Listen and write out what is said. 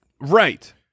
Right